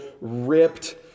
ripped